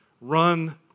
run